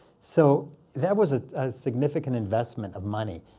so that was a significant investment of money.